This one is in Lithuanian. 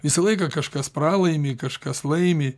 visą laiką kažkas pralaimi kažkas laimi